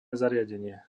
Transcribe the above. zariadenie